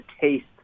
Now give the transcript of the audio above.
taste